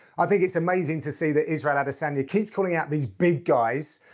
i think it's amazing to see that israel adesanya keeps calling out these big guys,